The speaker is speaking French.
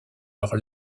leur